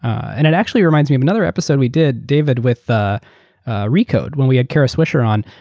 and it actually reminds me of another episode we did, david, with ah ah recode when we had kara swisher on.